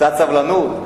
קצת סבלנות.